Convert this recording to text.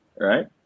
right